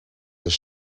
was